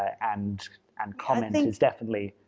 and and comment is definitely,